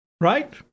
right